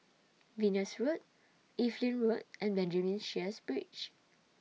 Venus Road Evelyn Road and Benjamin Sheares Bridge